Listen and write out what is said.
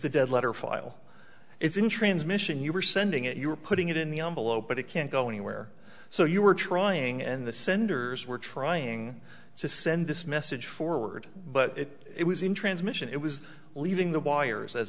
the dead letter file it's in transition you were sending it you were putting it in the envelope but it can't go anywhere so you were trying and the senders were trying to send this message forward but if it was in transmission it was leaving the wires as